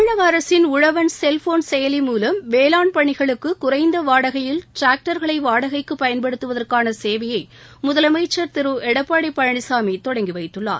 தமிழக அரசின் உழவன் செல்போன் செயலி மூலம் வேளான் பணிகளுக்கு குறைந்த வாடகையில் டிராக்டர்களை வாடகைக்கு பயன்படுத்துவதற்கான சேவையை முதலமைச்சர் திரு எடப்பாடி பழனிசாமி தொடங்கிவைத்துள்ளார்